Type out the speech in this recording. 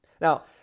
Now